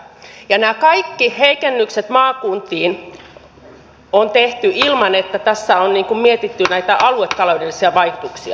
ja nämä kaikki heikennykset maakuntiin on tehty ilman että tässä on mietitty näitä aluetaloudellisia vaikutuksia